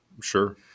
Sure